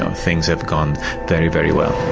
um things have gone very, very well.